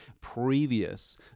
previous